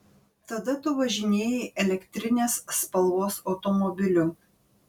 tada tu važinėjai elektrinės spalvos automobiliu